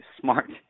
smart